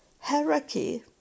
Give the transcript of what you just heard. hierarchy